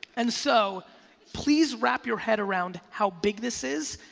and so please wrap your head around how big this is.